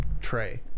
tray